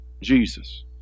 Jesus